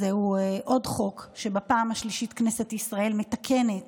זהו עוד חוק שבפעם השלישית כנסת ישראל מתקנת